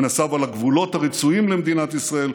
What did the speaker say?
הוא נסב על הגבולות הרצויים למדינת ישראל,